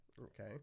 Okay